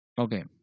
okay